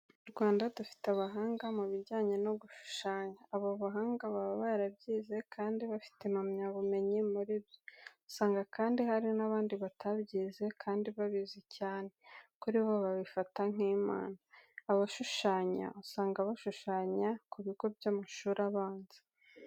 Mu Rwanda dufite abahanga mu bijyanye no gushushanya, aba bahanga baba barabyize kandi bafite impamyabumenyi muri byo, usanga kandi hari n'abandi batabyize kandi babizi cyane, kuri bo babifata nk'impano. Abashushanya usanga bashushanya ku bigo by'amashuri abanza.